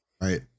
right